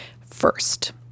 first